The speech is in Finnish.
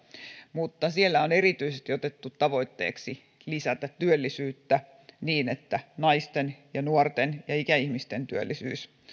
mutta siellä on erityisesti otettu tavoitteeksi lisätä työllisyyttä niin että naisten ja nuorten ja ikäihmisten työllisyys